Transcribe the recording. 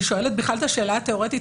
אני שואלת בכלל את השאלה התיאורטית,